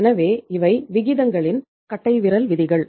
எனவே இவை விகிதங்களின் கட்டைவிரல் விதிகள்